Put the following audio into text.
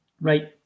right